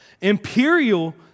Imperial